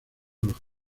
los